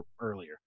earlier